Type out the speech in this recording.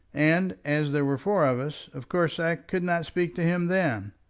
and as there were four of us, of course i could not speak to him then.